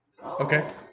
Okay